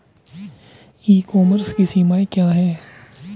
ई commerce की सीमाएं क्या हैं?